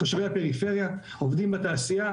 תושבי הפריפריה העובדים בתעשייה,